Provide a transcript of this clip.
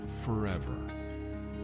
forever